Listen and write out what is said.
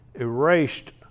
erased